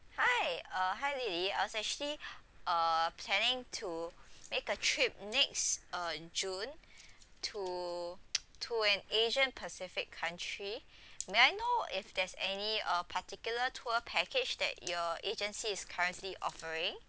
hi uh hi lily I was actually uh planning to make a trip next uh june to to an asian pacific country may I know if there's any uh particular tour package that your agency is currently offering